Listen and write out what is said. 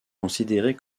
considérée